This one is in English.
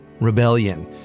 rebellion